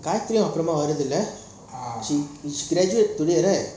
ஆர்த்தியும் அப்புறம் வருத்துல:arthiyum apram varuthula she graduate today lah